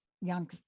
young